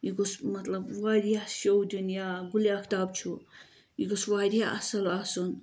یہِ گوٚژھ مطلب واریاہ شو دِیُن یا گُلہِ آختاب چھُ یہِ گوٚژھ واریاہ اصل آسُن